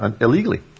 illegally